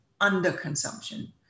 underconsumption